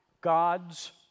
God's